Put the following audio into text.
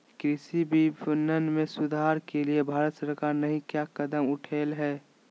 कृषि विपणन में सुधार के लिए भारत सरकार नहीं क्या कदम उठैले हैय?